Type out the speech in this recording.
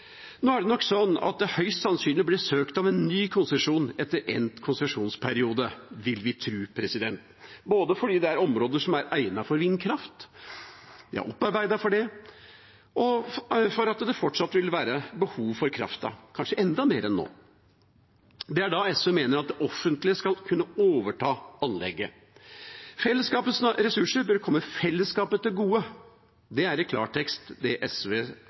Nå er det nok slik at det høyst sannsynlig blir søkt om en ny konsesjon etter endt konsesjonsperiode – både fordi det er områder som er egnet for vindkraft, opparbeidet for det, og fordi det fortsatt vil være behov for kraften, kanskje enda mer enn nå. Det er da SV mener at det offentlige skal kunne overta anlegget. Fellesskapets ressurser bør komme fellesskapet til gode. Det er i klartekst det SV